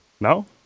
No